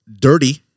dirty